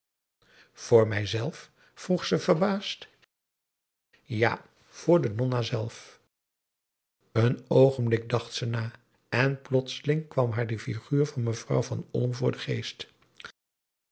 mij zelf vroeg ze verbaasd ja voor de nonna zelf een oogenblik dacht ze na en plotseling kwam haar de figuur van mevrouw van olm voor den geest